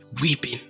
weeping